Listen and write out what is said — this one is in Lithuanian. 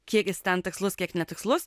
kiek jis ten tikslus kiek netikslus